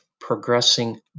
progressing